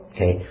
Okay